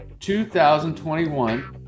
2021